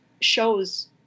shows